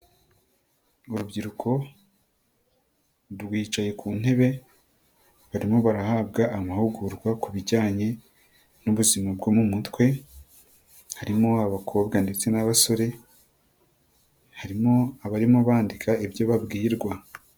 Urubyiruko rwicaye ku ntebe, barimo barahabwa amahugurwa ku bijyanye n'ubuzima bwo mu mutwe, harimo abakobwa ndetse n'abasore, harimo abarimo bandika ibyo babwirwa.